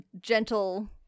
gentle